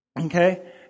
okay